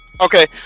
Okay